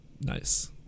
nice